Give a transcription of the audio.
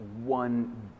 one